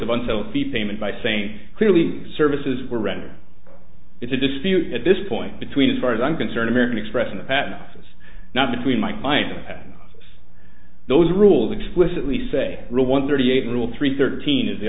of on sophie payment by saying clearly services were rendered it's a dispute at this point between as far as i'm concerned american express in the patent office not between my client had those rules explicitly say rule one thirty eight rule three thirteen and the